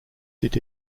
sit